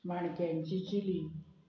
माणक्यांची चिली